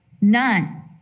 None